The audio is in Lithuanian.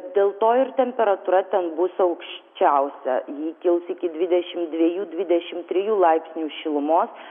dėl to ir temperatūra ten bus aukščiausia ji kils iki dvidešimt dviejų dvidešimt trijų laipsnių šilumos